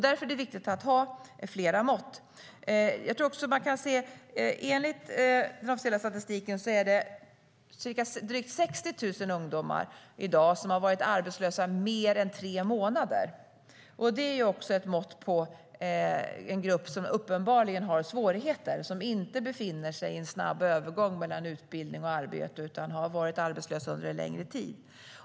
Därför är det viktigt att ha flera mått. Enligt den officiella statistiken har drygt 60 000 ungdomar varit arbetslösa i mer än tre månader i dag. Det är också ett mått på en grupp som uppenbarligen har svårigheter, som inte befinner sig i en snabb övergång mellan utbildning och arbete utan har varit arbetslösa under en längre tid.